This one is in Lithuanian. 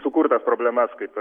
sukurtas problemas kaip